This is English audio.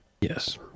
Yes